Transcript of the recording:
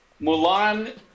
Mulan